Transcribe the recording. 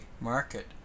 market